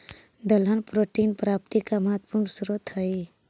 दलहन प्रोटीन की प्राप्ति का महत्वपूर्ण स्रोत हई